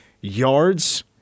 yards